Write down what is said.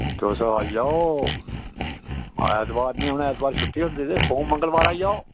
तुस आई जाओ ऐतवार नईं औना ऐतवार छुट्टी होंदी ते सोम मंगलबार आई जाओ